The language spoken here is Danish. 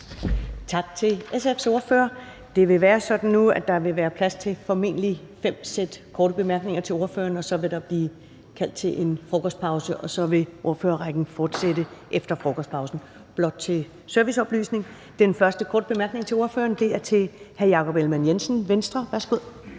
Tak til SF's ordfører. Det vil være sådan nu, at der vil være plads til formentlig fem sæt korte bemærkninger til ordføreren, og så vil der blive kaldt til en frokostpause, og så vil ordførerrækken fortsætte efter frokostpausen. Det er blot en serviceoplysning. Den første korte bemærkning til ordføreren er fra hr. Jakob Ellemann-Jensen, Venstre. Værsgo.